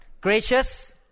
gracious